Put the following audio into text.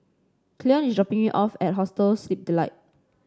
Cleon is dropping me off at Hostel Sleep Delight